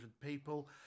people